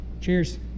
cheers